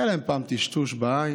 היה להם פעם טשטוש בעין,